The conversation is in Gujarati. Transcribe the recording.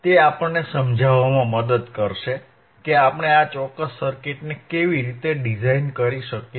તે આપણને સમજાવવામાં મદદ કરશે કે આપણે આ ચોક્કસ સર્કિટને કેવી રીતે ડિઝાઇન કરી શકીએ